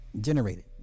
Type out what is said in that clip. Generated